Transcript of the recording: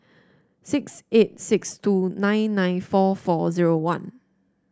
six eight six two nine nine four four zero one